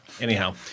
anyhow